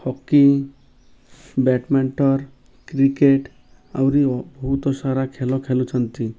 hockey badminton cricket ଆହୁରି ବହୁତ ସାରା ଖେଳ ଖେଳୁଛନ୍ତି